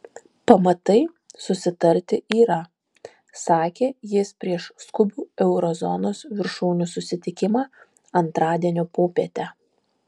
pamatai susitarti yra sakė jis prieš skubų euro zonos viršūnių susitikimą antradienio popietę